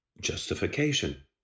justification